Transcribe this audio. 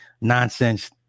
nonsense